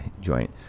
joint